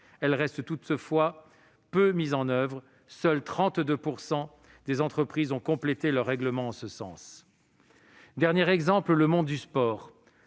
Elle reste toutefois peu mise en oeuvre : seulement 32 % des entreprises ont complété leur règlement en ce sens. Dernier exemple : le monde du sport.